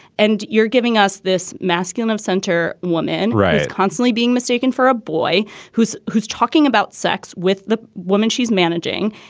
and you're giving us this masculine of center woman, right. constantly being mistaken for a boy who's who's talking about sex with the woman she's managing.